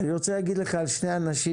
אני רוצה להגיד לך על שני אנשים,